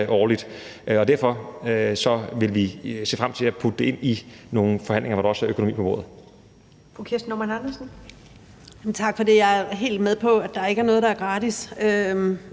årligt. Og derfor vil vi se frem til at putte det ind i nogle forhandlinger, hvor der også er økonomi på bordet.